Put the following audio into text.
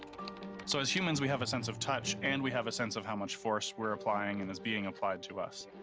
so as humans, we have a sense of touch, and we have a sense of how much force we're applying, and is being applied to us.